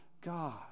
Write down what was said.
God